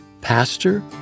pastor